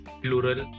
plural